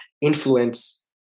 influence